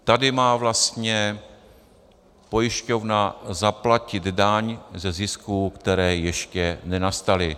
Tady má vlastně pojišťovna zaplatit daň ze zisků, které ještě nenastaly.